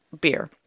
beer